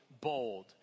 bold